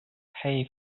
pay